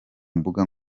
mbuga